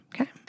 okay